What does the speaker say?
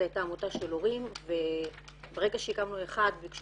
זאת הייתה עמותה של הורים וברגע שהקמנו אחד ביקשו